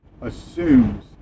assumes